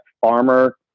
farmer